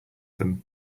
them